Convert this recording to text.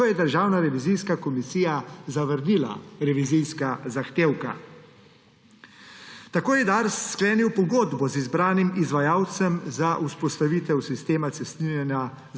ko je Državna revizijska komisija zavrnila revizijska zahtevka. Tako je Dars sklenil pogodbo z zbranim izvajalcem za vzpostavitev sistema cestninjenja